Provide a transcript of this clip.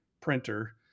printer